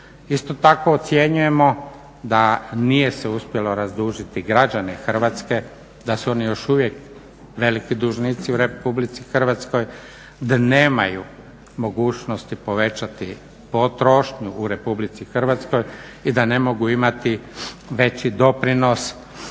Isto tako ocjenjujemo da nije se uspjelo razdužiti građane Hrvatske, da su oni još uvijek veliki dužnici u RH, da nemaju mogućnosti povećati potrošnju u RH i da ne mogu imati veći doprinos